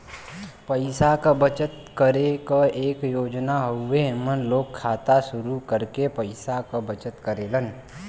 पैसा क बचत करे क एक योजना हउवे एमन लोग खाता शुरू करके पैसा क बचत करेलन